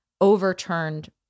overturned